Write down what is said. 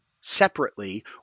separately